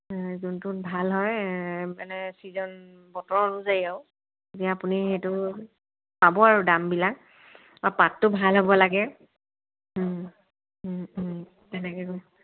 যোনটোত ভাল হয় মানে চিজন বতৰ অনুযায়ী আৰু এতিয়া আপুনি এইটো চাব আৰু দাম বিলাক আ পাতটো ভাল হ'ব লাগে তেনেকৈ